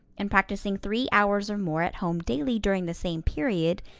and practicing three hours or more at home daily during the same period,